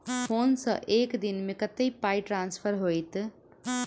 Phone सँ एक दिनमे कतेक पाई ट्रान्सफर होइत?